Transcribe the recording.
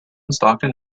stockton